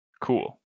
Cool